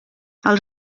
els